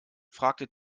fragte